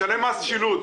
משלם מס שילוט,